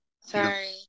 Sorry